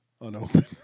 unopened